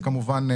וכמובן,